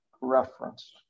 reference